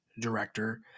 Director